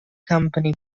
company